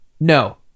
no